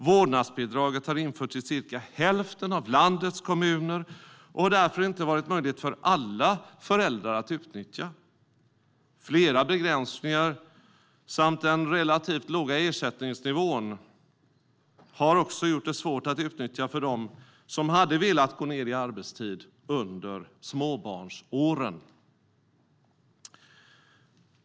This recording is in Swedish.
Vårdnadsbidraget har införts i cirka hälften av landets kommuner och har därför inte varit möjligt för alla föräldrar att utnyttja. Flera begränsningar samt den relativt låga ersättningsnivån har också gjort det svårt för dem som hade velat gå ned i arbetstid under småbarnsåren att utnyttja vårdnadsbidraget.